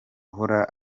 uhora